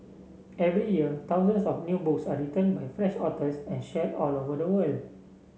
every year thousands of new books are written by French authors and shared all over the world